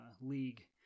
league